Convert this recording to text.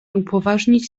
upoważniać